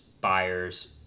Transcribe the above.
buyers